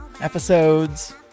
episodes